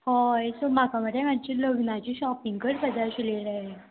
हय सो म्हाका मरे मातशीं लग्नाची शॉपिंग करपा जाय आशिल्लें रे